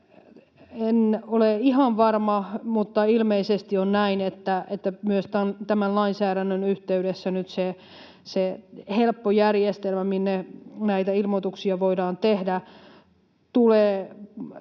En ole ihan varma, mutta ilmeisesti on näin, että myös tämän lainsäädännön yhteydessä se helppo järjestelmä, minne näitä ilmoituksia voidaan tehdä, tulee